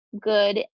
good